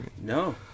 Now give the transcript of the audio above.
No